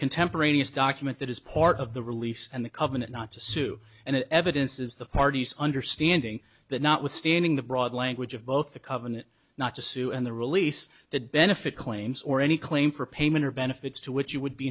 contemporaneous document that is part of the release and the covenant not to sue and the evidence is the parties understanding that notwithstanding the broad language of both the covenant not to sue and the release that benefit claims or any claim for payment or benefits to which you would be